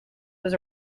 was